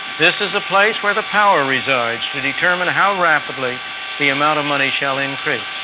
this is the place where the power resides to determine how rapidly the amount of money shall increase.